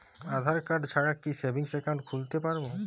আধারকার্ড ছাড়া কি savings account খুলতে পারব?